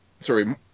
sorry